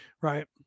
right